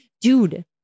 Dude